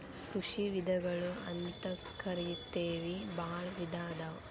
ಕೃಷಿ ವಿಧಗಳು ಅಂತಕರಿತೆವಿ ಬಾಳ ವಿಧಾ ಅದಾವ